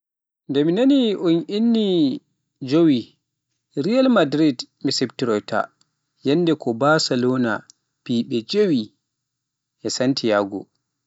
Nde mi nani un inni ni jeewi Real madrid mi siftoroyta, yannde ko Barcelona fiyɓe jeewi e Santiago.